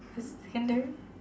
was it secondary